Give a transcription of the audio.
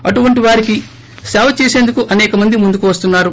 అటువంటి వారికి సేవ చేసిందుకు అనేకమంది ముందుకు వస్తున్నారు